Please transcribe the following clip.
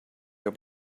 were